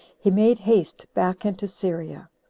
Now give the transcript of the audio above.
he made haste back into syria.